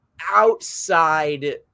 outside